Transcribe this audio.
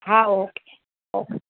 હા okay okay